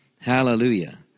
Hallelujah